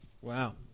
Wow